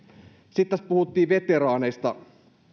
sitten tässä puhuttiin veteraaneista